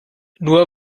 nur